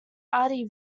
adi